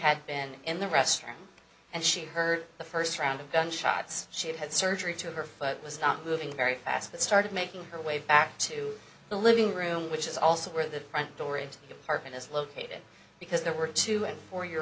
had been in the restroom and she heard the first round of gunshots she had had surgery to her foot was not moving very fast but started making her way back to the living room which is also where the front door into the apartment is located because there were two and four year